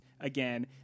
again